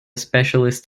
specialist